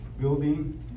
building